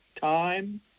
time